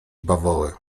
bawoły